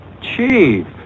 Chief